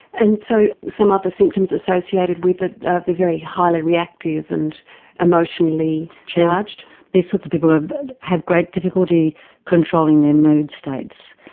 and so some other symptoms associated with it they're very highly reactive and emotionally charged? these sorts of people have have great difficulty controlling their mood states.